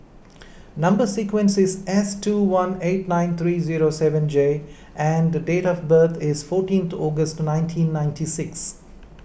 Number Sequence is S two one eight nine three zero seven J and date of birth is fourteenth August nineteen ninety six